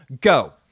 Go